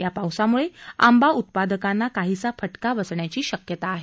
या पावसामुळे आंबा उत्पादकांना काहीसा फटका बसण्याची शक्यता आहे